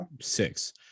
six